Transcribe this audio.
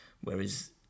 whereas